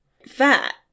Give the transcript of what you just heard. fat